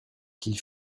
qu’ils